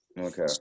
Okay